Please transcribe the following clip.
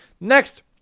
Next